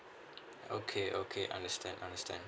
okay okay understand understand